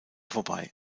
vorbei